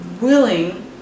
willing